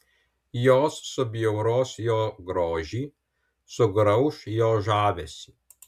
jos subjauros jo grožį sugrauš jo žavesį